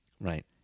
Right